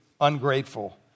ungrateful